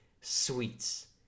sweets